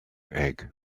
egg